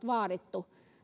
vaadittu